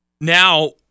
now